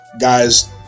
guys